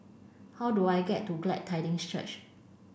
how do I get to Glad Tidings Church